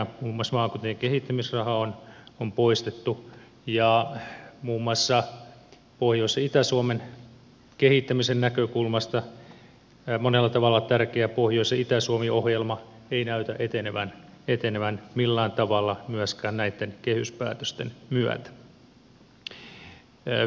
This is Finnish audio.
muun muassa maakuntien kehittämisraha on poistettu ja muun muassa pohjois ja itä suomen kehittämisen näkökulmasta monella tavalla tärkeä pohjois ja itä suomi ohjelma ei näytä etenevän millään tavalla myöskään näitten kehyspäätösten myötä